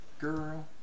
Girl